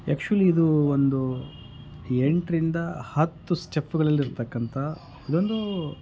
actually ಇದು ಒಂದು ಎಂಟರಿಂದ ಹತ್ತು ಸ್ಟೆಪ್ಗಳಲ್ಲಿರತಕ್ಕಂತ ಇದೊಂದು